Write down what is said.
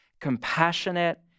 compassionate